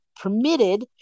permitted